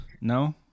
No